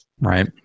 Right